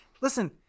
listen